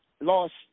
lost